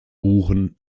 buchen